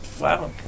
Wow